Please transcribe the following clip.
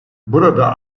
burada